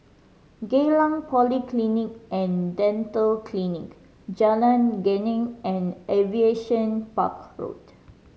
Geylang Polyclinic And Dental Clinic Jalan Geneng and Aviation Park Road